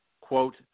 quote